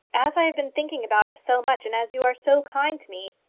as i have been thinking about it so much and as you are so kind to me,